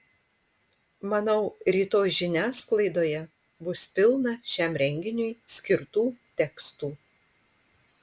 manau rytoj žiniasklaidoje bus pilna šiam renginiui skirtų tekstų